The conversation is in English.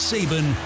Saban